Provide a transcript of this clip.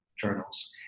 journals